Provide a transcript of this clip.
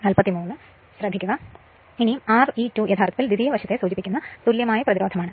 അത് മനസിലാക്കാൻ ദ്വിതീയ വശം പരിശോധിക്കുക